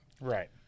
Right